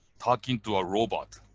talking to a robot.